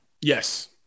Yes